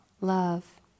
love